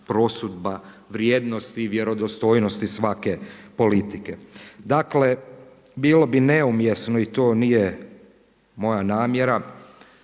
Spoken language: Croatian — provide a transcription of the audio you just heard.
prosudba vrijednosti i vjerodostojnosti svake politike. Dakle, bilo bi neumjesno i to nije moja namjera